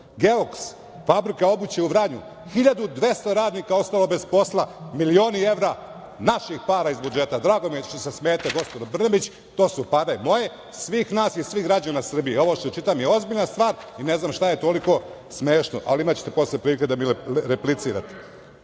„Geoks“, fabrika obuće u Vranju, 1.200 radnika ostalo bez posla, milioni evra naših para iz budžeta. Drago mi je što se smejete gospođo Brnabić, to su pare moje, svih nas i svih građana Srbije, ovo što čitam je ozbiljna stvar i ne znam šta je toliko smešno? Ali, imaćete posle prilike da mi replicirate. Jurina